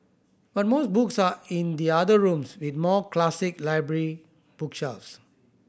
but most books are in the other rooms with more classic library bookshelves